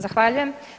Zahvaljujem.